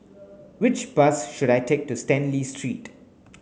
which bus should I take to Stanley Street